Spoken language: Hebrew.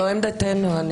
לא עמדתנו.